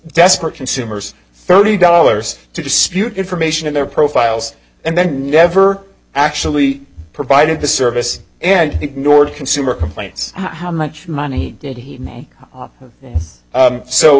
desperate consumers thirty dollars to dispute information in their profiles and then never actually provided the service and ignored consumer complaints how much money did he